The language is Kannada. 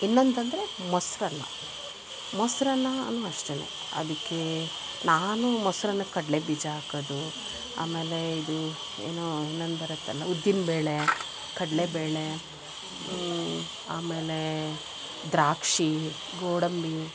ಇನ್ನೊಂದಂದರೆ ಮೊಸರನ್ನ ಮೊಸರನ್ನನೂ ಅಷ್ಟೆ ಅದಕ್ಕೆ ನಾನು ಮೊಸ್ರನ್ನಕ್ಕೆ ಕಡಲೆ ಬೀಜ ಹಾಕೋದು ಆಮೇಲೆ ಇದು ಏನು ಇನ್ನೊಂದು ಬರುತ್ತಲ್ಲ ಉದ್ದಿನ ಬೇಳೆ ಕಡಲೆ ಬೇಳೆ ಆಮೇಲೆ ದ್ರಾಕ್ಷಿ ಗೋಡಂಬಿ